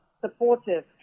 supportive